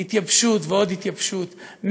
התייבשות ועוד התייבשות,